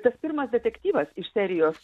tas pirmas detektyvas iš serijos